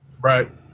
right